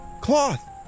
Cloth